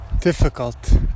difficult